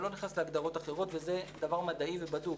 אני לא נכנס להגדרות אחרות, וזה דבר מדעי ובדוק.